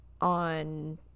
on